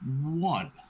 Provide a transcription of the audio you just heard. one